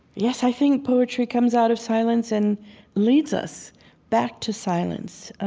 yes, i think poetry comes out of silence and leads us back to silence.